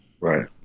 Right